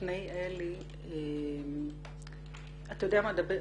לפני אלי, אתה יודע מה?